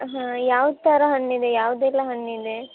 ಹಾಂ ಯಾವ ಥರ ಹಣ್ಣಿದೆ ಯಾವುದೆಲ್ಲ ಹಣ್ಣಿದೆ